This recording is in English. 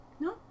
No